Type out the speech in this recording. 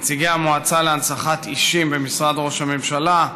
נציגי המועצה להנצחת אישים במשרד ראש הממשלה,